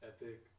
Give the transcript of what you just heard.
Epic